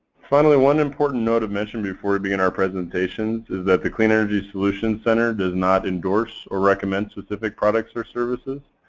finally, one important note of mention before we begin our presentations is that the clean energy solutions center does not endorse or recommend specific products or services.